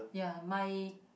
ya mine